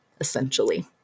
essentially